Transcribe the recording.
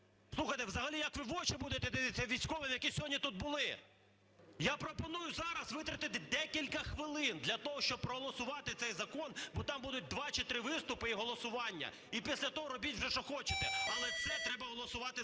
Слухайте, взагалі як ви в очі будете дивитися військовим, які сьогодні тут були? Я пропоную зараз витратити декілька хвилин для того, щоб проголосувати цей закон, бо там будуть два чи три виступи і голосування. І після того робіть вже, що хочете, але це треба голосувати зараз.